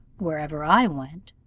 wherever i went,